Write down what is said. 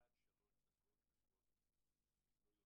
עד שלוש דקות לכל אחד שמדבר.